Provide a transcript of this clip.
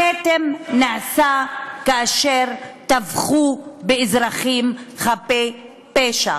הכתם נעשה כאשר טבחו באזרחים חפים מפשע,